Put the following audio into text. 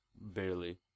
Barely